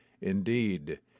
Indeed